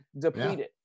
depleted